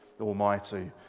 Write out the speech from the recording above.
Almighty